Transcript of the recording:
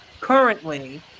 currently